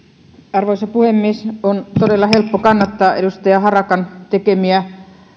arvoisa puhemies on todella helppo kannattaa edustaja harakan tekemiä